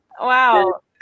Wow